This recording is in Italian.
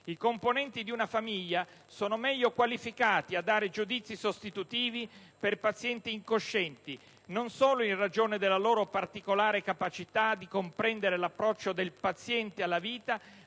I componenti di una famiglia sono meglio qualificati a dare giudizi sostitutivi per pazienti incoscienti, non solo in ragione della loro particolare capacità di comprendere l'approccio del paziente alla vita,